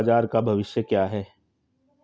नियमित बाजार का भविष्य क्या है?